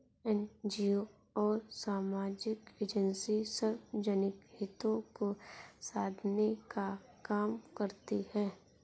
NGO और सामाजिक agency सार्वजनिक हितों को साधने का काम करती हैं